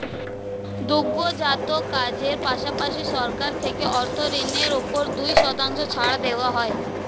দুগ্ধজাত কাজের পাশাপাশি, সরকার থেকে অর্থ ঋণের উপর দুই শতাংশ ছাড় দেওয়া হয়